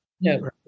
No